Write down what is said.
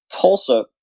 Tulsa